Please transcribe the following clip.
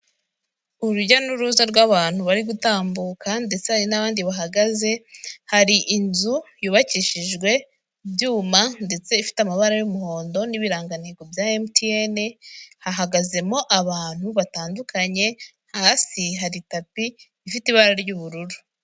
Urujya n'uruza rw'abantu bari gutambuka ndetse hari n'abandi bahagaze, hari inzu yubakishijwe ibyuma ndetse ifite amabara y'umuhondo, n'ibirangantego bya MTN, hahagazemo abantu batandukanye, hasi hari tapi ifite ibara ry'ubururu.